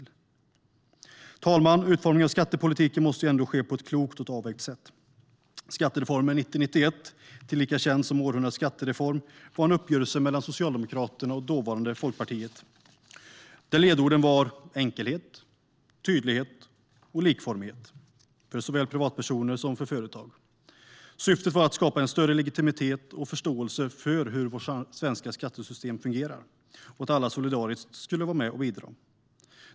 Herr talman! Utformningen av skattepolitiken måste ändå ske på ett klokt och väl avvägt sätt. Skattereformen 1990/91, känd som århundradets skattereform, var en uppgörelse mellan Socialdemokraterna och dåvarande Folkpartiet. Ledorden var enkelhet, tydlighet och likformighet för såväl privatpersoner som företag. Syftet var att skapa en större legitimitet och förståelse för hur vårt svenska skattesystem fungerar och för att alla solidariskt ska vara med och bidra.